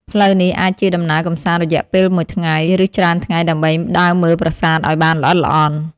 ផ្លូវនេះអាចជាដំណើរកម្សាន្តរយៈពេលមួយថ្ងៃ ឬច្រើនថ្ងៃដើម្បីដើរមើលប្រាសាទឱ្យបានល្អិតល្អន់។